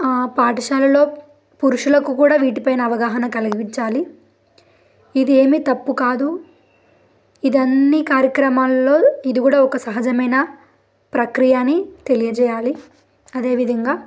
పాఠశాలలో పురుషులకు కూడా వీటిపైన అవగాహన కలిగించాలి ఇదేమి తప్పు కాదు ఇది అన్ని కార్యక్రమాలల్లో ఇది కూడా ఒక సహజమైన ప్రక్రియని తెలియజేయాలి అదేవిధంగా